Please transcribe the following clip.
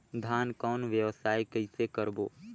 धान कौन व्यवसाय कइसे करबो?